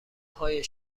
های